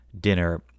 dinner